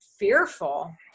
Fearful